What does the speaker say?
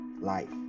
life